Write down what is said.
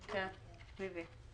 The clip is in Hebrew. כבוד היושב-ראש, גם אתה העלית בישיבה